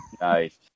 Nice